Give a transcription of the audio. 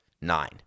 nine